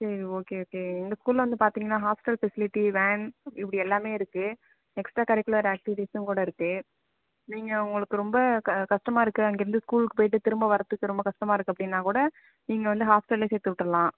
சரி okay okay எங்கள் ஸ்கூல்ல வந்து பார்த்திங்கனா ஹாஸ்ட்டல் ஃபெஸிலிட்டி வேன் இப்படி எல்லாமே இருக்குது எக்ஸ்ட்டா கரிக்குலர் ஆக்டிவிட்டீஸும் கூட இருக்குது நீங்கள் உங்களுக்கு ரொம்ப க கஸ்டமாக இருக்குது அங்கேயிருந்து ஸ்கூல்க்கு போய்ட்டு திரும்ப வரத்துக்கு ரொம்ப கஸ்டமாக இருக்குது அப்படினா கூட நீங்கள் வந்து ஹாஸ்ட்டல்லே சேர்த்து விட்டுருலாம்